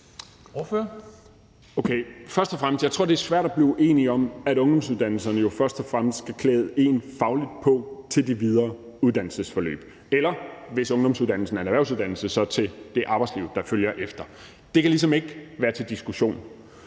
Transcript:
jeg tror, at det er svært at blive uenig om, at ungdomsuddannelserne først og fremmest skal klæde de unge fagligt på til det videre uddannelsesforløb – eller hvis ungdomsuddannelsen er en erhvervsuddannelse til det arbejdsliv, der følger efter. Det kan ligesom ikke være til diskussion.